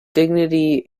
dignity